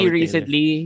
recently